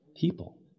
people